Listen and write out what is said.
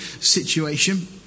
situation